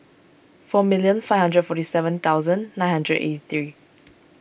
four million five hundred forty seven thousand nine hundred eighty three